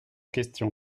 question